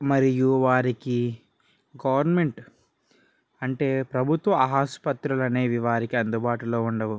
మరియు వారికి గవర్నమెంట్ అంటే ప్రభుత్వ ఆసుపత్రులు అనేవి వారికి అందుబాటులో ఉండవు